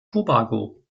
tobago